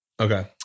okay